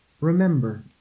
Remember